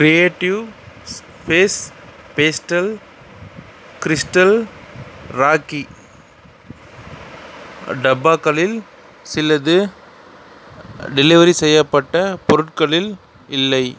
creative space pastel crystal rocky டப்பாக்களில் சிலது delivery செய்யப்பட்ட பொருட்களில் இல்லை